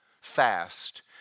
fast